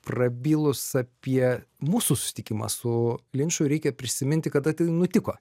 prabilus apie mūsų susitikimą su linču reikia prisiminti kada tai nutiko